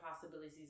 possibilities